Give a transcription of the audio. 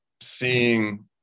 seeing